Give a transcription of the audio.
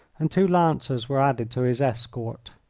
and two lancers were added to his escort.